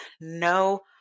no